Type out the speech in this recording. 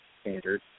standard